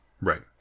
right